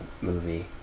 movie